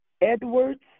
Edwards